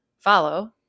follow